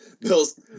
Bill's